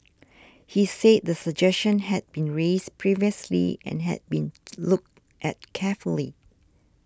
he said the suggestion had been raised previously and had been looked at carefully